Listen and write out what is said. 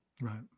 Right